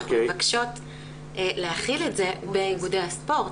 אנחנו מבקשות להחיל את זה באיגודי הספורט,